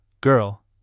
girl